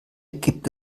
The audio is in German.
gibt